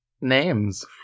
names